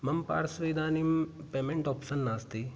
मम पार्श्वे इदानीं पेमेण्ट् आप्शन् नास्ति